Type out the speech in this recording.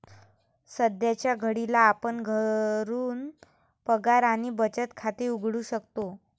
सध्याच्या घडीला आपण घरून पगार आणि बचत खाते उघडू शकतो